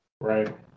Right